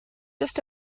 just